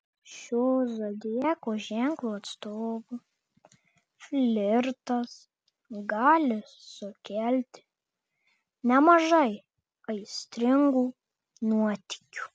šio zodiako ženklo atstovų flirtas gali sukelti nemažai aistringų nuotykių